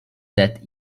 that